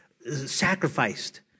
sacrificed